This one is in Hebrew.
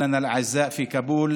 בני עמנו היקרים בכאבול,